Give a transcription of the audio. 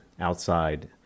outside